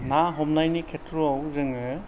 ना हमनायनि खेथ्रआव जोङो